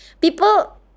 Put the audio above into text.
people